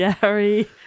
Gary